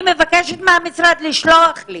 אני מבקשת מהמשרד לשלוח לי